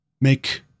make